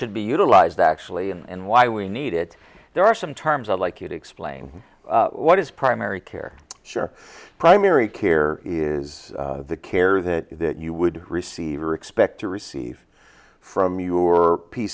should be utilized actually and why we need it there are some terms i'd like you to explain what is primary care sure primary care is the care that you would receive or expect to receive from your p